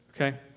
Okay